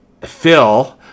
Phil